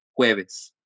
jueves